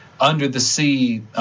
under-the-sea